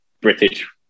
british